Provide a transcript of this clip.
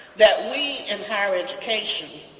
that we in higher education,